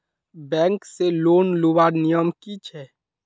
Bank से loan लुबार नियम की छे?